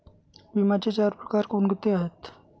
विम्याचे चार प्रकार कोणते आहेत?